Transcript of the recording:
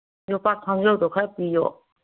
ꯌꯣꯄꯥꯛ ꯊꯥꯡꯖꯧꯗꯣ ꯈꯔ ꯄꯤꯌꯣ